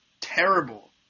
terrible